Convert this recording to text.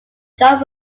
jon